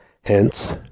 Hence